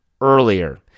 earlier